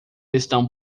estão